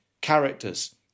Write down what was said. characters